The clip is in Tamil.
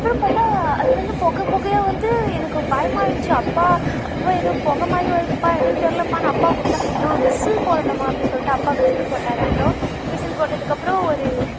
அப்புறம் பார்த்தா அதில் இருந்து புக புகையா வருது எனக்கு பயமாயிருச்சு அப்பா அப்பப்பா எதோ புக மாதிரி வருதுப்பா என்னென்னு தெரியலைப்பா அப்பாவை கூப்பிட்டா ஏம்மா விசில் போடணுமா அப்படினு சொல்லிவிட்டு அப்பா விசில் போட்டார் அப்புறம் விசில் போட்டதுக்கு அப்புறம் ஒரு